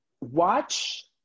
Watch